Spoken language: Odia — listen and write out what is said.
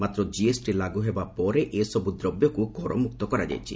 ମାତ୍ର ଜିଏସ୍ଟି ଲାଗୁ ହେବା ପରେ ଏସବୁ ଦ୍ରବ୍ୟକୁ କରମୁକ୍ତ କରାଯାଇଛି